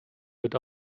wird